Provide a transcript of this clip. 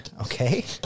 Okay